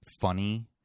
funny